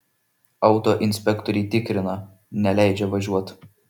autoinspektoriai tikrina neleidžia važiuot